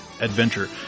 Adventure